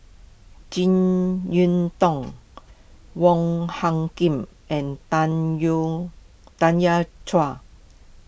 Jek Yeun Thong Wong Hung Khim and Tanya Chua